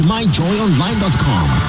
MyJoyOnline.com